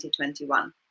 2021